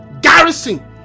garrison